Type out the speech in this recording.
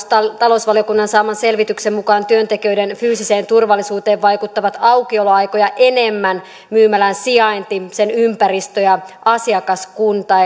talousvaliokunnan saaman selvityksen mukaan työntekijöiden fyysiseen turvallisuuteen vaikuttavat aukioloaikoja enemmän myymälän sijainti sen ympäristö ja asiakaskunta